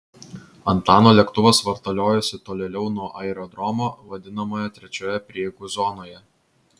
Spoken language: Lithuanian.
antano lėktuvas vartaliojosi tolėliau nuo aerodromo vadinamoje trečioje prieigų zonoje